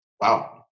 Wow